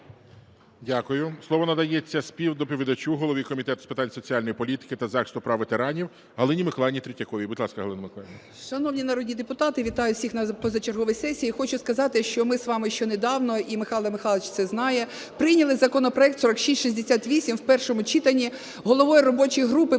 Дякую. Слово надається співдоповідачу, голові Комітету з питань соціальної політики та захисту прав ветеранів Галині Миколаївні Третьяковій. Будь ласка, Галина Миколаївна. 16:18:41 ТРЕТЬЯКОВА Г.М. Шановні народні депутати, вітаю всіх на позачерговій сесії! Хочу сказати, що ми з вами ще недавно, і Михайло Михайлович це знає, прийняли законопроект 4668 в першому читанні. Головою робочої групи